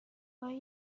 آیا